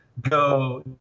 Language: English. go